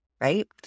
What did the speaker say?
right